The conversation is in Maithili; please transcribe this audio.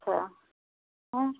अच्छा हँ